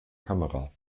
kamera